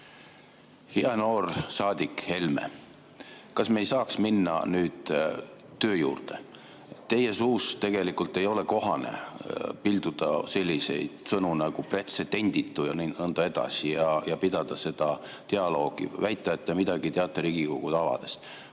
Hea noor saadik Helme! Kas me ei saaks minna nüüd töö juurde? Teie suust tegelikult ei ole kohane pilduda selliseid sõnu nagu "pretsedenditu" ja nõnda edasi ja pidada seda dialoogi, väita, et te midagi teate Riigikogu tavadest.